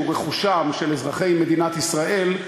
שהוא רכושם של אזרחי מדינת ישראל,